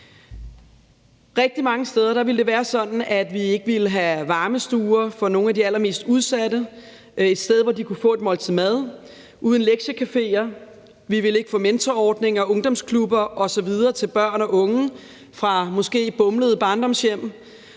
Rigtig mange steder ville det være sådan, at vi ikke ville have varmestuer for nogle af de allermest udsatte, et sted, hvor de kan få et måltid mad. Vi ville ikke have lektiecaféer, vi ville ikke have mentorordninger, ungdomsklubber osv. til børn og unge fra måske et bumlet barndomshjem.